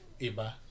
iba